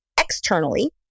externally